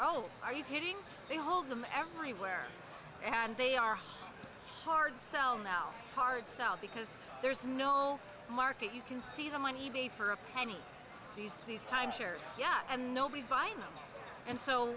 oh are you kidding me hold them everywhere and they are hard sell now hard sell because there's no market you can see them on t v for a penny these these timeshares yeah and nobody vine and so